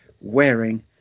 wearing